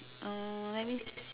uh let me